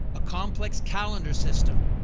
a complex calendar system,